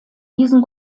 diesen